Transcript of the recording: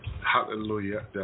Hallelujah